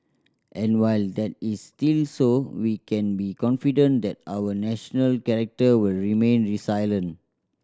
and while that is still so we can be confident that our national character will remain resilient